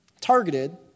targeted